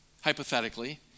hypothetically